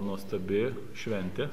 nuostabi šventė